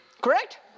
Correct